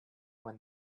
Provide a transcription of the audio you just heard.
when